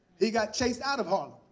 he got chased out of harlem.